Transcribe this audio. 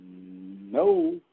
No